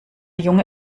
junge